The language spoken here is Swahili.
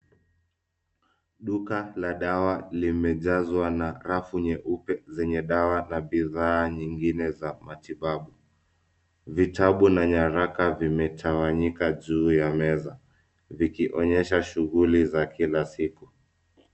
Duka la dawa limejazwa na rafu nyeupe zenye dawa na bidhaa nyingine za matibabu. Vitabu na nyaraka vimetawanyika juu ya meza vikionyesha shuguli za kila siku.